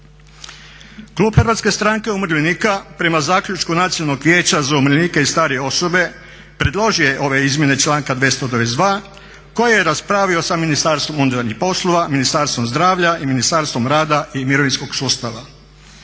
Klub Hrvatske stranke umirovljenika prema zaključku Nacionalnog vijeća za umirovljenike i starije osobe predložio je ove izmjene članka 222.koje je raspravi sa Ministarstvo unutarnjih poslova, Ministarstvom zdravlja i Ministarstvom rada i mirovinskog sustava.